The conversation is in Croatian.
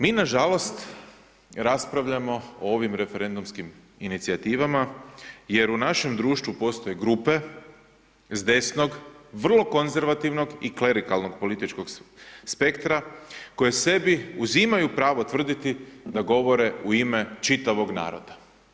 Mi nažalost raspravljamo o ovim referendumskim inicijativama jer u našem društvu postoje grupe s desnog vrlo konzervativnog i klerikalnog političkog spektra koje sebi uzimaju pravo tvrditi da govore u ime čitavog naroda.